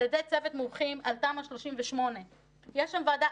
על ידי צוות מומחים על תמ"א 38. יש שם ועדה.